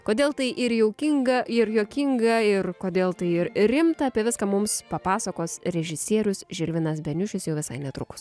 kodėl tai ir jaukinga ir juokinga ir kodėl tai rimta apie viską mums papasakos režisierius žilvinas beniušis jau visai netrukus